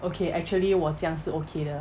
okay actually 我这样是 okay 的